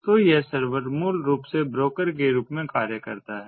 तो यह सर्वर मूल रूप से ब्रोकर के रूप में कार्य करता है